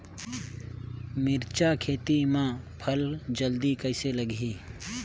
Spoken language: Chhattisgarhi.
मिरचा खेती मां फल जल्दी कइसे लगही?